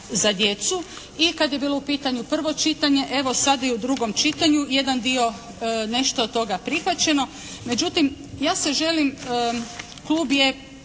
za djecu i kad je bilo u pitanju prvo čitanje, evo sad i u drugom čitanju jedan dio nešto od toga je prihvaćeno. Međutim, ja se želim, klub je